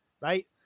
right